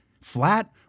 flat